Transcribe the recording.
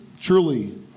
truly